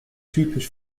typisch